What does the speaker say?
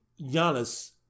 Giannis